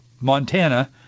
Montana